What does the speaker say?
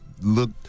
look